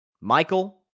Michael